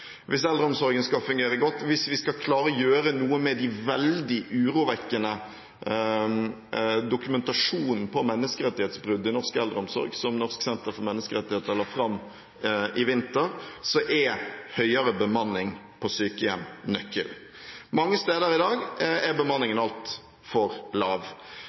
Hvis eldreomsorgen skal fungere godt, hvis vi skal klare å gjøre noe med den veldig urovekkende dokumentasjonen på menneskerettighetsbrudd i norsk eldreomsorg som Norsk senter for menneskerettigheter har lagt fram i vinter, er høyere bemanning på sykehjem nøkkelen. Mange steder er i dag bemanningen altfor lav.